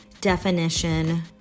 definition